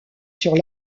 sur